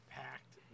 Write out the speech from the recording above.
packed